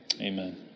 Amen